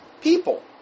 people